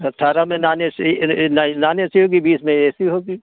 अठारह में non A C न ए नान ए सी होगी बीस में ए सी होगी